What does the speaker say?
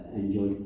enjoy